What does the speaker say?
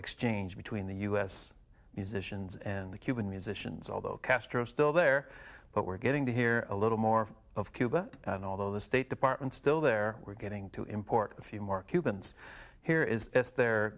exchange between the u s musicians and the cuban musicians although castro still there but we're getting to hear a little more of cuba and although the state department still there we're getting to import a few more cubans here is if the